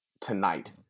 tonight